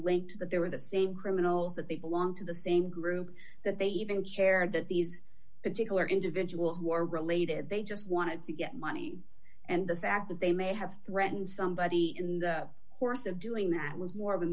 linked to that they were the same criminals that they belong to the same group that they even care that these particular individuals who are related they just wanted to get money and the fact that they may have threatened somebody in the course of doing that was more of a